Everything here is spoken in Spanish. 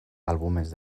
álbumes